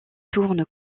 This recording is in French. tourne